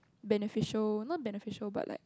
beneficial not beneficial but like